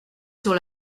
sur